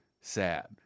sad